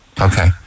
Okay